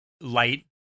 light